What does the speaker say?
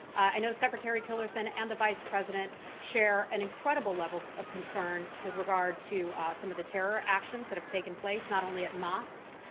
i know secretary tillerson and the vice president share an incredible level of concern with regard to some of the terror actions that have taken place not only at mosques,